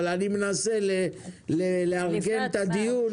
אבל אני מנסה לארגן את הדיון.